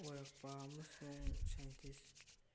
ꯑꯣꯏꯔꯛꯄ ꯑꯃꯁꯨꯡ ꯁꯥꯏꯟꯇꯤꯁ